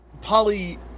Polly